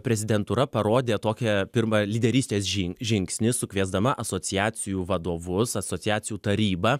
prezidentūra parodė tokią pirmą lyderystės žing žingsnį sukviesdama asociacijų vadovus asociacijų tarybą